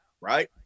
right